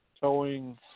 towing